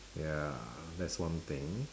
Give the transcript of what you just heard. ya that's one thing